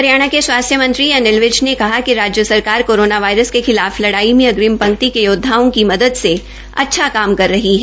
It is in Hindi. हरियाणा के स्वास्थ्य मंत्री अनिल विज ने कहा है कि राज्य सरकार कोरोना वायरस के खिलाफ लड़ाई में अग्रिम पंक्ति के योदवाओं की मदद से अच्छा काम कर रही है